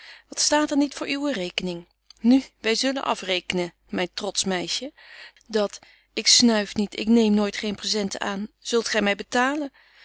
wat staat er niet voor uwe rekening nu wy zullen afrekenen myn trotsch meisje dat ik snuif niet ik neem nooit geen presenten aan zult gy my betalen